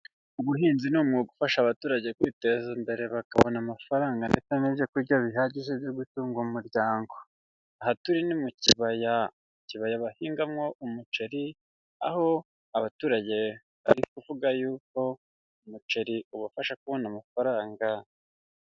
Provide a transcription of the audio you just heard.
Ubuhinzi ni umwuga ufasha abaturage kwiteza imbere bakabona amafaranga ndetse n'byo kurya bihagije byo gutunga umuryango. Aha turi ni mu kibaya, ikibaya bahingamwo umuceri aho abaturage bari kuvuga yuko umuceri ubafasha kubona amafaranga.